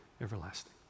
everlasting